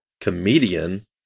comedian